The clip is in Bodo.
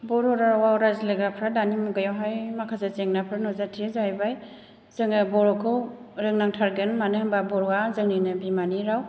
बर' रावआव रायज्लायग्राफोरा दानि मुगायावहाय माखासे जेंनाफोर नुजाथियो जाहैबाय जोङो बर'खौ रोंनो नांथारगोन मानो होनबा बर'आ जोंनिनो बिमानि राव